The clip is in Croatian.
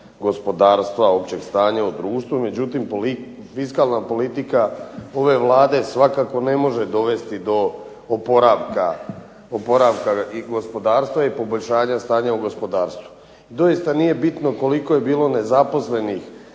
gospodarstva i općeg stanja u društvu, međutim fiskalna politika ove Vlade svakako ne može dovesti do oporavka i gospodarstva i poboljšanja stanja u gospodarstvu. Doista nije bitno koliko je bilo nezaposlenih